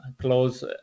close